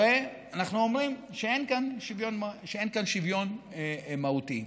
הרי אנחנו אומרים שאין כאן שוויון מהותי.